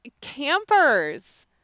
campers